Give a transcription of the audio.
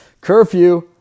Curfew